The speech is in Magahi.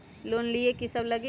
लोन लिए की सब लगी?